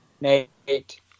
Nate